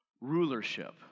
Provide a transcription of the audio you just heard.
rulership